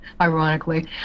ironically